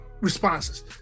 responses